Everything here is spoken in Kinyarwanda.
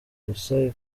gusa